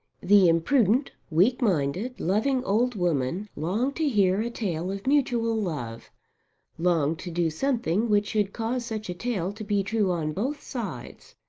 the imprudent, weak-minded, loving old woman longed to hear a tale of mutual love longed to do something which should cause such a tale to be true on both sides.